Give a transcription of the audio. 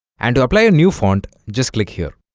and to apply a new font just click here